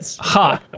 Ha